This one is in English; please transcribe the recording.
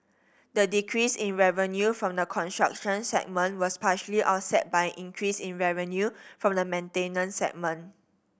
the decrease in revenue from the construction segment was partially offset by an increase in revenue from the maintenance segment